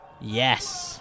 Yes